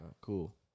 Cool